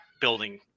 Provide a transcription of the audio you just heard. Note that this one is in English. building